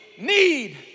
need